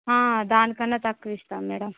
ఆ దానికన్నా తక్కువిస్తాం మ్యాడమ్